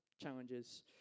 challenges